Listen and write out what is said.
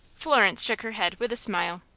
florence shook her head, with a smile.